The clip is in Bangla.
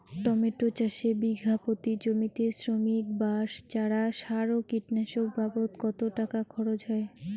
টমেটো চাষে বিঘা প্রতি জমিতে শ্রমিক, বাঁশ, চারা, সার ও কীটনাশক বাবদ কত টাকা খরচ হয়?